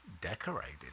decorated